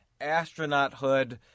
astronauthood